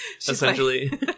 essentially